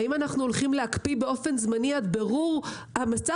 השאלה היא האם אנחנו הולכים להקפיא באופן זמני עד בירור המצב